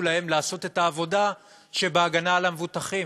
להם לעשות את העבודה בהגנה על המבוטחים.